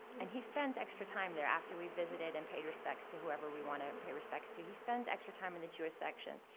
and he spends extra time there after we've visited and paid respects to whoever we want to pay respect to. he spends extra time in the jewish section.